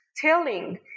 telling